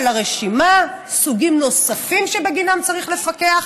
לרשימה סוגים נוספים שבגינם צריך לפקח,